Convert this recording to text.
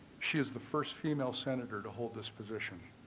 she is the first female senator to hold this position